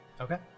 Okay